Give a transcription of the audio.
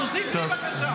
תוסיף לי בבקשה.